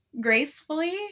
gracefully